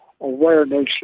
awareness